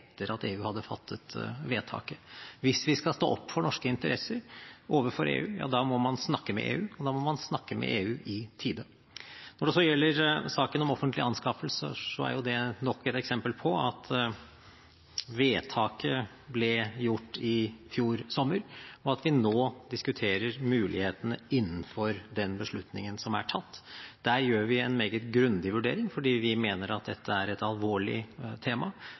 etter at EU hadde fattet vedtaket. Hvis vi skal stå opp for norske interesser overfor EU, ja, da må man snakke med EU, og da må man snakke med EU i tide. Når det så gjelder saken om offentlige anskaffelser, er det nok et eksempel på at vedtaket ble gjort i fjor sommer, og at vi nå diskuterer mulighetene innenfor den beslutningen som er tatt. Der gjør vi en meget grundig vurdering, fordi vi mener at dette er et alvorlig tema.